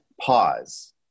Pause